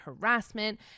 Harassment